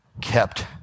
kept